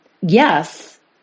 Yes